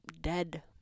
dead